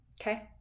okay